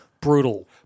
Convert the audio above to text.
brutal